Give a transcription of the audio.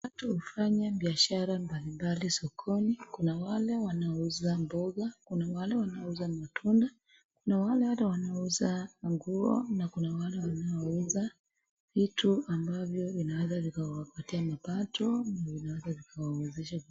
Watu hufanya biashara mbalimbali sokoni, kuna wale wanauza mboga, kuna wale wanauza matunda, wale wanauza manguo na kuna wale wanaouza vitu ambavyo vinaeza vikawapatia mapato na vinaweza vikawawezeshe.